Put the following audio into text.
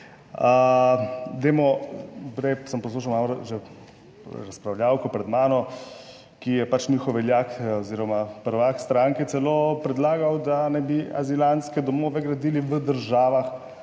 Dajmo prej sem poslušal malo že razpravljavko pred mano, ki je pač njihov veljak oziroma prvak stranke celo predlagal, da naj bi azilantske domove gradili v državah,